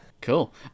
Cool